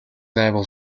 able